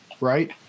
right